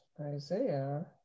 Isaiah